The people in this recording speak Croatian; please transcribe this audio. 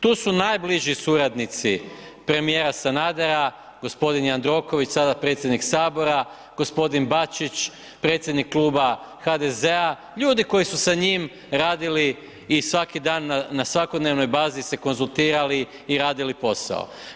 Tu su najbliži suradnici premjera Sanadera, gospodin Jandroković sada predsjednik Sabora, gospodin Bačić, predsjednik Kluba HDZ-a ljudi koji su s njim radili i svaki dan, na svakodnevnoj bazi se konzultirali i radili posao.